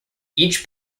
each